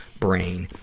brain,